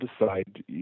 decide